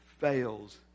fails